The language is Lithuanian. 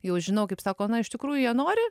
jau žinau kaip sako na iš tikrųjų jie nori